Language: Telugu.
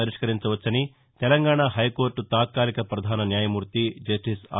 వరిష్కరించవచ్చని తెలంగాణ హైకోర్టు తాత్కాలిక వధాన న్యాయమూర్తి జస్టిస్ ఆర్